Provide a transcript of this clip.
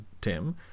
Tim